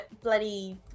bloody